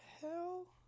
hell